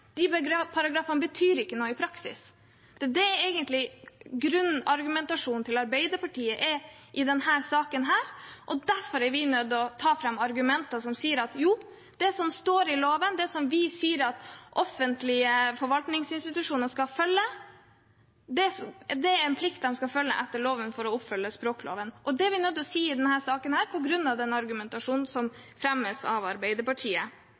betyr noe i praksis. Det er det som egentlig er grunnargumentasjonen til Arbeiderpartiet i denne saken. Derfor er vi nødt til å ta fram argumenter som sier at det som står i språkloven, er en plikt som offentlige forvaltningsinstitusjoner skal følge for å oppfylle den. Det er vi nødt til å si i denne saken, på grunn av den